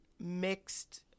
mixed